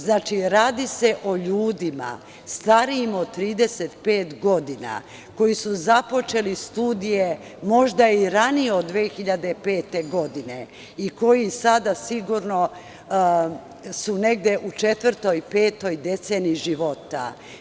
Znači, radi se o ljudima starijim od 35 godina, koji su započeli studije možda i ranije od 2005. godine i koji su sada sigurno negde u četvrtoj, petoj deceniji života.